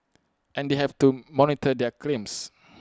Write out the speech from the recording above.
and they have to monitor their claims